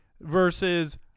Versus